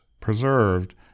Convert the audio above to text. preserved